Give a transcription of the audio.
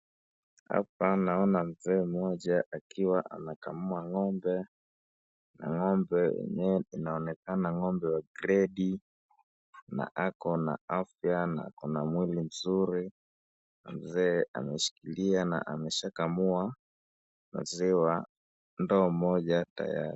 Hapa naona mzee mmoja akiwa anakamua ng'ombe, na ng'ombe hii anaonekana ng'ombe ya gredi na ako na afya na akona mwili mzuri. Mzee ameshikilia na ameshakamua maziwa ndoo moja tayari.